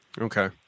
Okay